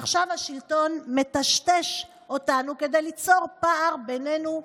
עכשיו השלטון מטשטש אותנו כדי ליצור פער בינינו לבינם,